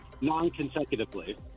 non-consecutively